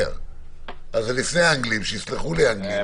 זה לפני האנגלים, שיסלחו לי האנגלים.